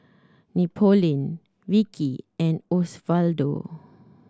Napoleon Vicki and Osvaldo